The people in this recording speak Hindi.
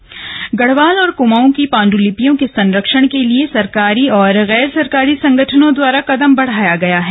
पांडलिपि गढ़वाल और कुमाऊं की पांडुलिपियों के संरक्षण के लिए सरकारी और गैर सरकारी संगठनों द्वारा कदम बढ़ाया गया है